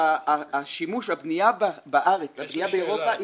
הבנייה --- אתה קראת אותו?